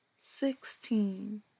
sixteen